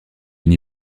une